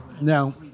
Now